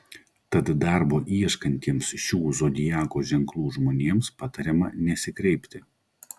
tad darbo ieškantiems šių zodiako ženklų žmonėms patariama nesikreipti